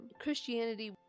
Christianity